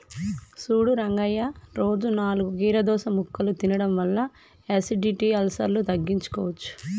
సూడు రంగయ్య రోజు నాలుగు కీరదోస ముక్కలు తినడం వల్ల ఎసిడిటి, అల్సర్ను తగ్గించుకోవచ్చు